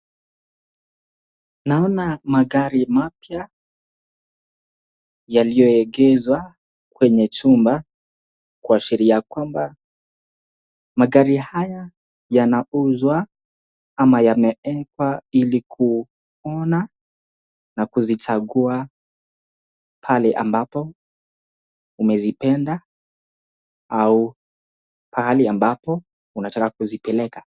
Naona magari mapya yaliyoegeshwa kwenye chumba kuashiria kwamba magari haya yanauzwa ama yamewekwa ili kuona na kuzichagua pale ambapo umezipenda au pahali ambapo unataka kuzipeleka.